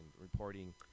reporting